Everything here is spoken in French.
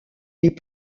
les